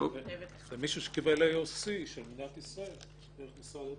זה מישהו שקיבל AOC של מדינת ישראל דרך משרד התחבורה.